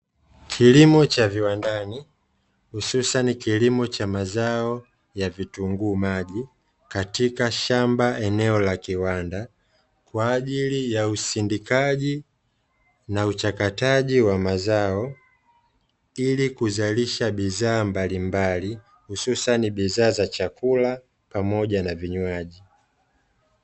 Kilimo cha viwandani, hususani kilimo cha mazao ya vitunguu maji, katika shamba eneo la kiwanda kwa jili ya usindikaji na uchakataji wa mazao, ili kuzalisha bidhaa mbalimbali hususani bidhaa za chakula pamoja na vinywaji.